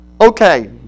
Okay